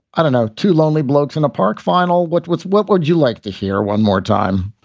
i don't know. two lonely blokes in a park final. what was what would you like to hear one more time?